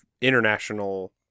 international